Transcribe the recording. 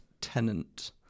tenant